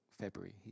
February